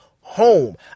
home